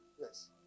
Yes